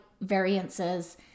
variances